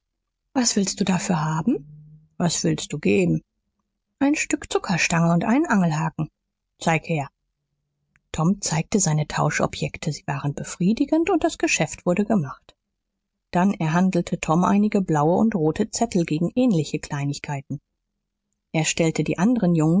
was willst du dafür haben was willst du geben ein stück zuckerstange und einen angelhaken zeig her tom zeigte seine tauschobjekte sie waren befriedigend und das geschäft wurde gemacht dann erhandelte tom einige blaue und rote zettel gegen ähnliche kleinigkeiten er stellte die anderen jungen